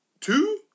two